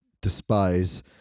despise